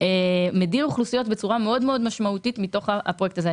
- מדיר אוכלוסיות בצורה מאוד משמעותית מתוך הפרויקט הזה.